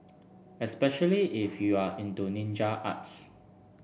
especially if you are into ninja arts